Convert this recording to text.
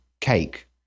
Cake